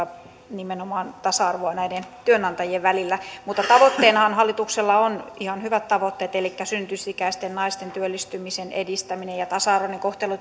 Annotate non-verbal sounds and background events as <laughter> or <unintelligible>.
nimenomaan tasa arvoa näiden työnantajien välillä mutta tavoitteinaan hallituksella on ihan hyvät tavoitteet elikkä synnytysikäisten naisten työllistymisen edistäminen ja tasa arvoinen kohtelu <unintelligible>